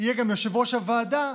יהיה גם יושב-ראש הוועדה,